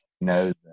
knows